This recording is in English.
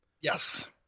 Yes